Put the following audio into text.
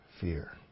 fear